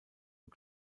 und